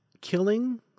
killing